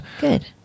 Good